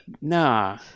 Nah